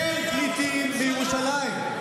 אין פליטים בירושלים.